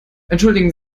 entschuldigen